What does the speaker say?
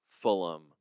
Fulham